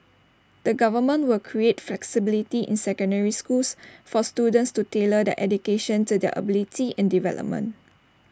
the government will create flexibility in secondary schools for students to tailor their education to their abilities and development